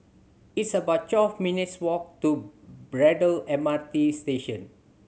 it's about twelve minutes' walk to Braddell M R T Station